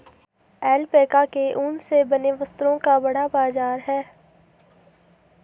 alpaca के ऊन से बने वस्त्रों का बड़ा बाजार है